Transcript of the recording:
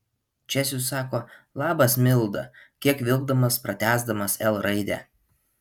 česius sako labas milda kiek vilkdamas patęsdamas l raidę